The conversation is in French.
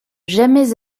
jamais